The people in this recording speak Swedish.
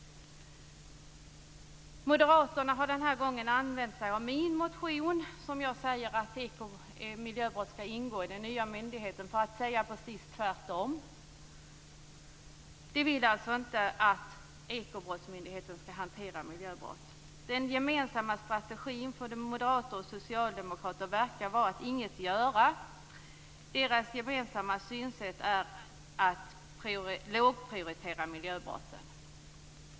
Moderaterna har den här gången använt sig av min motion, där jag säger att miljöbrott skall ingå i den nya myndigheten, för att säga precis tvärtom. De vill alltså inte att Ekobrottsmyndigheten skall hantera miljöbrott. Den gemensamma strategin för moderater och socialdemokrater verkar vara att inget göra. Deras gemensamma synsätt är att lågprioritera miljöbrotten.